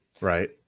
Right